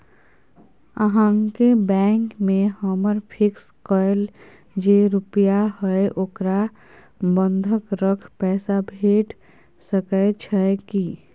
अहाँके बैंक में हमर फिक्स कैल जे रुपिया हय ओकरा बंधक रख पैसा भेट सकै छै कि?